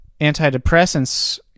antidepressants